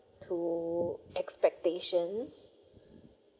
to expectations